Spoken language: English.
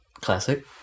Classic